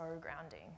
grounding